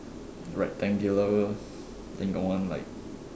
rectangular then got one like